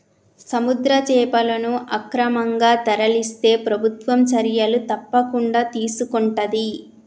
సముద్ర చేపలను అక్రమంగా తరలిస్తే ప్రభుత్వం చర్యలు తప్పకుండా తీసుకొంటది